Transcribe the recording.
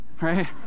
right